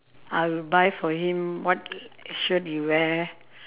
I'll buy for him what shirt he wear